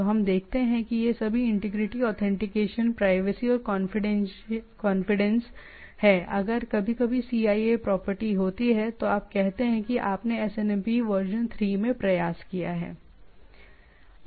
तो हम देखते हैं कि इन सभी इंटीग्रिटी ऑथेंटिकेशन प्राइवेसी या कॉन्फिडेंस है अगर कभी कभी CIA प्रॉपर्टी होती है तो आप कहते हैं कि आपने एसएनएमपी वर्जन 3 में प्रयास किया है